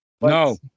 No